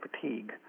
fatigue